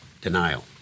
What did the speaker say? denial